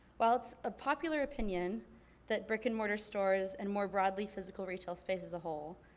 while it's a popular opinion that brick and mortar stores and more broadly physical retail space as a whole,